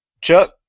Chuck